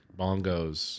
bongos